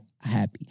happy